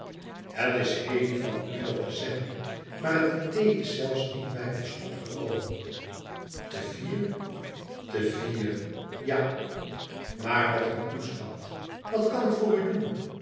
het is heel lief van u dat te zeggen maar het idee is zelfs niet bij ons opgekomen te fier te fier ja maar wat een toestand wat kan ik voor u doen